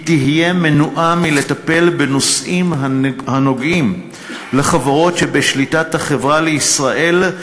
היא תהיה מנועה מלטפל בנושאים הנוגעים לחברות שבשליטת "החברה לישראל",